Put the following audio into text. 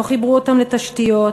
לא חיברו אותם לתשתיות,